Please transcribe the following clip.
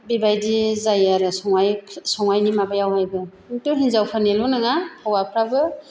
बिबायदि जायो आरो संनायनि माबायावहायबो हिनजावफोरनिल' नङा हौवाफोराबो